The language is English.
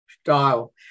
style